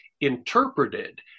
interpreted